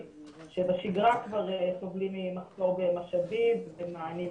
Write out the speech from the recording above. שבשגרה כבר סובלים ממחסור במשאבים ומענים.